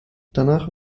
danach